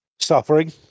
Suffering